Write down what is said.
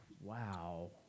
wow